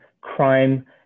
crime